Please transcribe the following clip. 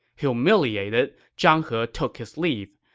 humiliated, zhang he took his leave.